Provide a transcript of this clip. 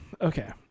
okay